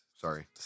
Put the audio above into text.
Sorry